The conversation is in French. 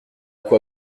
quoi